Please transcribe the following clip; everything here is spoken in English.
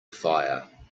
fire